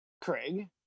craig